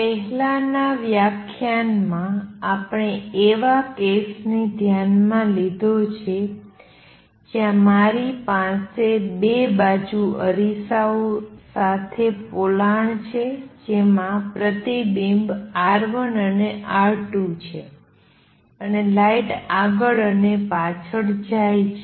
પહેલાનાં વ્યાખ્યાનમાં આપણે એવા કેસ ને ધ્યાનમાં લીધો છે જ્યાં મારી પાસે બે બાજુ અરીસાઓ સાથે પોલાણ છે જેમાં પ્રતિબિંબ R1 અને R2 છે અને લાઇટ આગળ અને પાછળ જાય છે